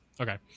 Okay